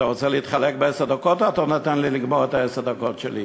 אתה רוצה להתחלק בעשר דקות או שאתה נותן לי לגמור את עשר הדקות שלי?